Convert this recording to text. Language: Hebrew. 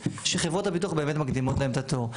שחברות הביטוח באמת מקדימות להם את התור.